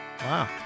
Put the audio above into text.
wow